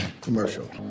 commercial